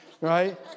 right